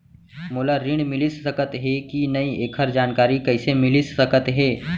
मोला ऋण मिलिस सकत हे कि नई एखर जानकारी कइसे मिलिस सकत हे?